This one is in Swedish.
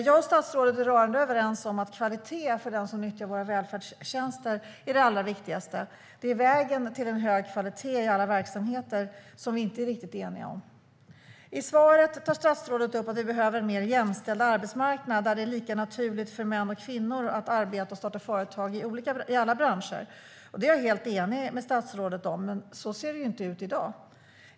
Jag och statsrådet är rörande överens om att kvalitet är det allra viktigaste för den som nyttjar våra välfärdstjänster. Det är vägen till en hög kvalitet i alla verksamheter som vi inte är riktigt eniga om. I svaret tar statsrådet upp att det behövs en mer jämställd arbetsmarknad där det är lika naturligt för män och kvinnor att arbeta och starta företag i alla branscher. Det är jag helt enig med statsrådet om, men så ser det ju inte ut i dag.